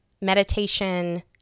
meditation